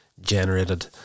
generated